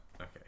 okay